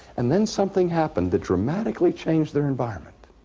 and then something happened that dramatically changed their environment.